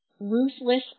ruthless